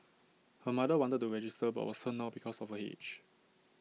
her mother wanted to register but was turned down because of her age